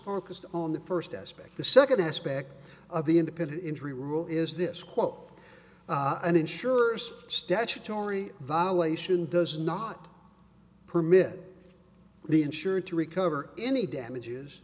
focused on the first aspect the second aspect of the independent injury rule is this quote and ensures statutory violation does not permit the insurer to recover any damages